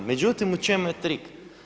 Međutim u čemu je trik?